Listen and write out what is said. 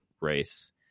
race